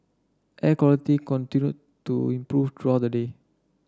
air quality continued to improve throughout the day